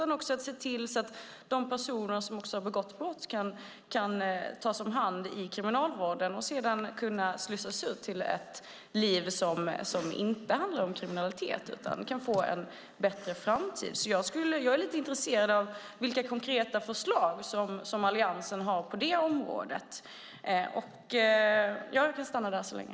Man måste också se till att de personer som har begått brott kan tas om hand inom kriminalvården för att sedan kunna slussas ut till ett liv som inte handlar om kriminalitet så att de kan få en bättre framtid. Jag är lite intresserad av vilka konkreta förslag som Alliansen har på detta område.